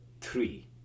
three